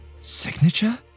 Signature